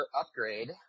upgrade